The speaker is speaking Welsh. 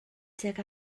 tuag